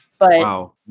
wow